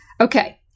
okay